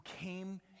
came